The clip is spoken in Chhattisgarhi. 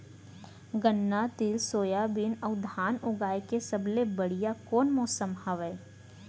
गन्ना, तिल, सोयाबीन अऊ धान उगाए के सबले बढ़िया कोन मौसम हवये?